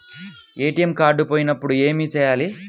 ATM card పోయినప్పుడు ఏమి చేయాలి?